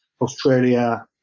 Australia